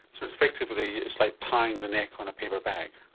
so effectively it's like tying the neck on a paper bag?